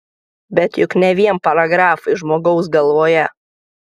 bet juk ne vien paragrafai žmogaus galvoje